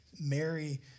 Mary